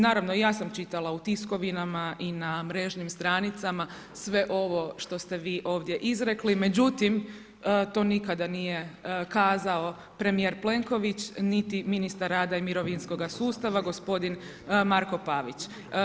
Naravno i ja sam čitala u tiskovinama i na mrežnim stanicama sve ovo što ste vi ovdje izrekli, međutim to nikada nije kazao premijer Plenković niti ministar rada i mirovinskoga sustava gospodin Marko Pavić.